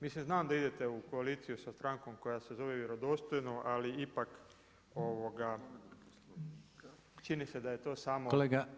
Mislim znam da idete u koaliciju sa strankom koja se zove Vjerodostojno ali ipak čini se da je to samo